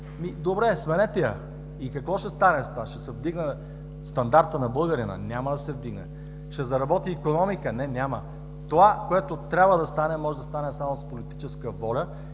Добре, сменете я. И какво ще стане с това? Ще се вдигне стандартът на българина? Няма да се вдигне. Ще заработи икономиката? Не, няма. Това, което трябва да стане, може да стане само с политическа воля,